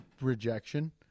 rejection